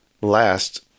last